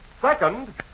Second